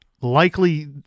Likely